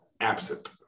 absent